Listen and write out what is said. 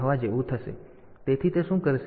તેથી તે શું કરશે